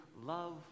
love